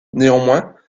néanmoins